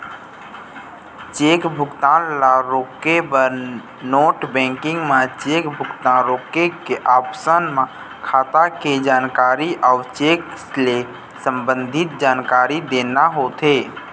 cheque भुगतान ल रोके बर नेट बेंकिंग म चेक भुगतान रोके के ऑप्सन म खाता के जानकारी अउ चेक ले संबंधित जानकारी देना होथे